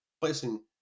placing